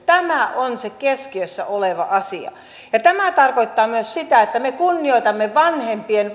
tämä on se keskiössä oleva asia ja tämä tarkoittaa myös sitä että me kunnioitamme vanhempien